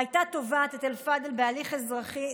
הייתה תובעת את אלפדל בהליך אזרחי,